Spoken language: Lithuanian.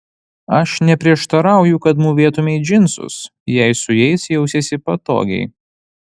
aš neprieštarauju kad mūvėtumei džinsus jei su jais jausiesi patogiai